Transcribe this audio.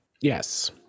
Yes